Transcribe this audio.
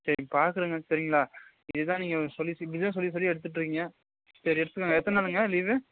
சரி பார்த்துருங்க சரிங்களா இதுதான் நீங்கள் சொல்லி இப்படிதான் சொல்லி சொல்லி எடுத்துட்டு இருக்கீங்க சரி எடுத்துக்கோங்க எத்தனை நாளுங்க லீவு